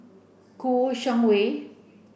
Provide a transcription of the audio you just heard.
Kouo Shang Wei